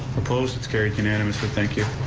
opposed, it's carried unanimously, thank you.